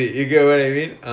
oh